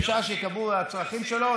משעה שייקבעו הצרכים שלו,